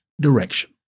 direction